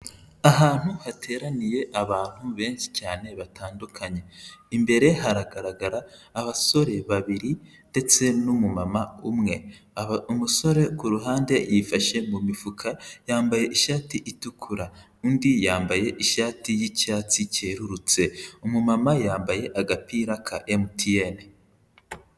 Ahantu hateraniye abantu benshi cyane batandukanye; imbere haragaragara abasore babiri ndetse n'umumama umwe. Aba, umusore ku ruhande yifashe mu mifuka yambaye ishati itukura, undi yambaye ishati y'icyatsi cyerurutse, umumama yambaye agapira ka MTN.